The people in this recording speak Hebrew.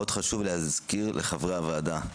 עוד חשוב להזכיר לחברי הוועדה כי